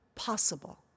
possible